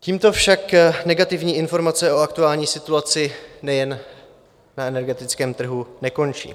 Tímto však negativní informace o aktuální situaci nejen na energetickém trhu nekončí.